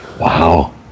wow